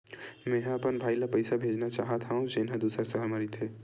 मेंहा अपन भाई ला पइसा भेजना चाहत हव, जेन हा दूसर शहर मा रहिथे